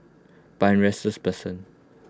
but I'm restless person